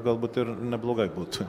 galbūt ir neblogai būtų